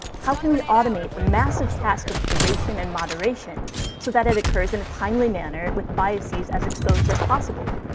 how can we automate the massive task of curation and moderation so that it occurs in a timely manner with biases as exposed as possible?